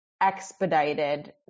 expedited